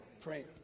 Praying